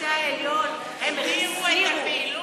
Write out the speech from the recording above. שופטי העליון, הם החזירו.